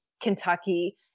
kentucky